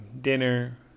dinner